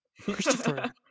Christopher